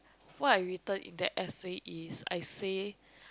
what I written in that S_A is I say